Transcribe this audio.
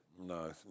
No